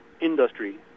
industry